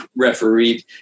refereed